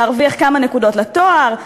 להרוויח כמה נקודות לתואר,